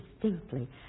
distinctly